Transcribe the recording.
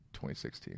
2016